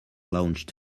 launched